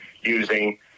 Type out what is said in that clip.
using